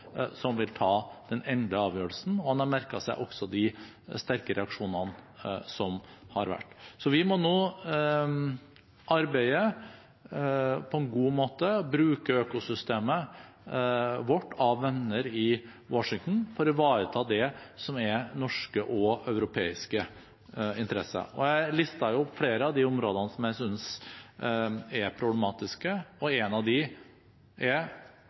som vil ta den endelige avgjørelsen. Han har også merket seg de sterke reaksjonene som har vært. Vi må nå arbeide på en god måte – bruke økosystemet vårt av venner i Washington – for å ivareta det som er norske og europeiske interesser. Jeg listet opp flere av de områdene som jeg synes er problematiske, og et av dem er